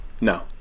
No